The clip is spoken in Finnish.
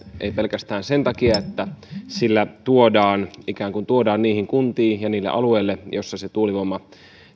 ei pelkästään sen takia että sillä ikään kuin tuodaan hyötyä niihin kuntiin ja niille alueille missä se tuulivoima